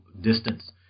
distance